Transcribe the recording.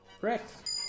Correct